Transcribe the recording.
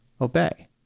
Obey